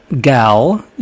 gal